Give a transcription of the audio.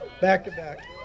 Back-to-back